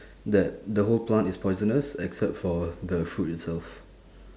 that the whole plant is poisonous except for the fruit itself